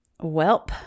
Welp